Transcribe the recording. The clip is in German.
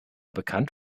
bekannt